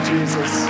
Jesus